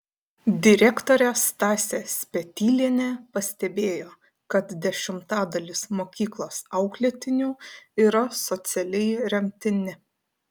direktorė stasė spetylienė pastebėjo kad dešimtadalis mokyklos auklėtinių yra socialiai remtini